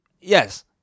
yes